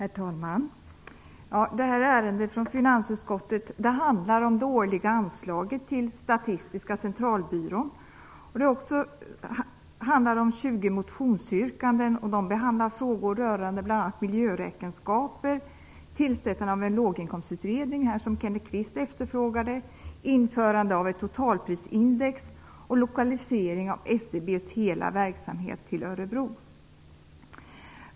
Herr talman! Det här ärendet från finansutskottet handlar om det årliga anslaget till Statistiska centralbyrån samt 20 motionsyrkanden som behandlar frågor rörande bl.a. miljöräkenskaper, tillsättande av en låginkomstutredning - vilket Kenneth Kvist efterfrågade -, införande av ett totalprisindex och lokalisering av SCB:s hela verksamhet till Örebro.